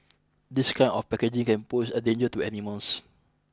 this kind of packaging can pose a danger to animals